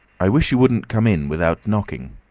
i wish you wouldn't come in without knocking,